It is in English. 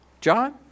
John